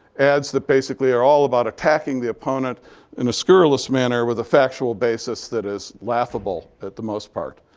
ads that, basically, are all about attacking the opponent in a scurrilous manner with a factual basis that is laughable at the most part.